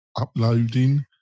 uploading